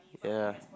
ya